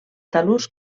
talús